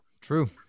True